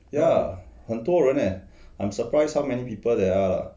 ya 很多人 eh I'm surprised how many people there are lah